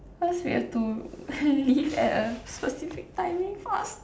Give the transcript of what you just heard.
cause we have to leave at a specific timing faster